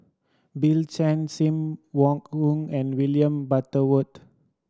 Bill Chen Sim Wong Hoo and William Butterworth